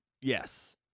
yes